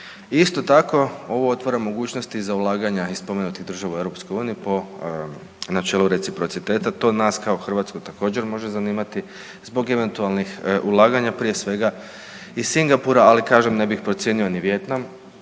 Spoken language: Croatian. Isto tako, ovo otvara mogućnosti i za ulaganja iz spomenutih država u EU po načelu reciprociteta, to nas kao Hrvatsku također, može zanimati zbog eventualnih ulaganja, prije svega, iz Singapura, ali kažem, ne bih podcijenio ni Vijetnam,